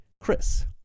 Chris